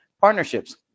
partnerships